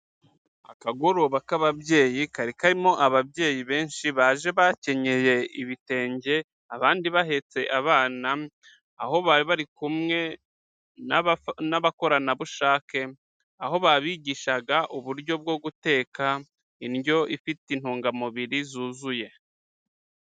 Akagoroba k'ababyeyi, kari karimo ababyeyi benshi baje bakenyeye ibitenge, abandi bahetse abana, aho bari bari kumwe n'abakoranabushake, aho babigishaga uburyo bwo guteka indyo ifite intungamubiri zuzuye.